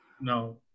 No